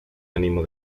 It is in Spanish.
ánimo